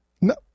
No